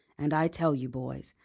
and i tell you, boys,